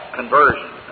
conversion